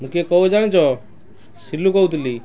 ମୁଁ କିଏ କହୁଛି ଜାଣିଛ ସିଲୁ କହୁଥିଲି